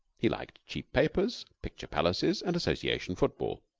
he liked cheap papers, picture-palaces, and association football.